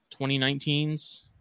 2019s